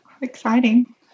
exciting